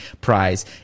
prize